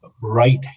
right